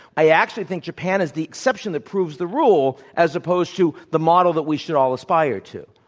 i actually think japan is the exception that proves the rule as opposed to the model that we should all aspire to.